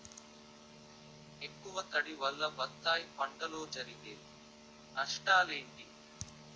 ఎక్కువ తడి వల్ల బత్తాయి పంటలో జరిగే నష్టాలేంటి?